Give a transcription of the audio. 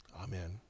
amen